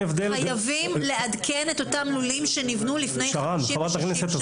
חייבים לעדכן את אותם לולים שנבנו לפני 50 שנים.